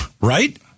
Right